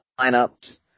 lineups